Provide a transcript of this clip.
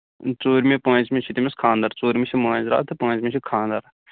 ژوٗرمہِ پوٗنژمہِ چھُ تٔمِس خاندر ژوٗرمہِ چھِ مٲنز راتھ تہٕ پوٗنژمہِ چھُ خاندر